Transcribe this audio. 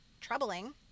troubling